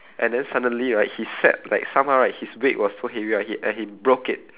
and then suddenly right he sat like somehow right his weight was so heavy right he and he broke it